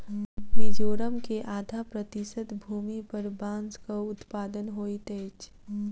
मिजोरम के आधा प्रतिशत भूमि पर बांसक उत्पादन होइत अछि